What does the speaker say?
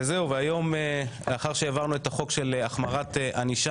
אחרי שהעברנו את החוק של החמרת ענישה,